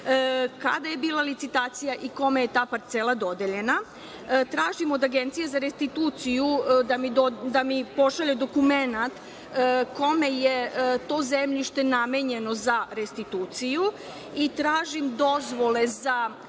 kada je bila licitacija i kome je ta parcela dodeljena? Tražim od Agencije za restituciju da mi pošalje dokument kome je to zemljište namenjeno za restituciju i tražim dozvole za